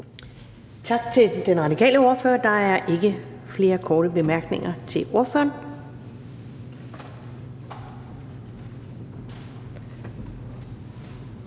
Tak til den radikale ordfører. Der er ikke flere korte bemærkninger til ordføreren.